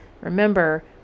Remember